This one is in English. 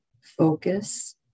focus